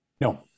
No